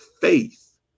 faith